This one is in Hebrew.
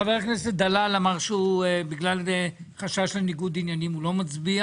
חבר הכנסת דלל אמר שבגלל חשש לניגוד עניינים הוא לא מצביע.